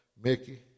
Mickey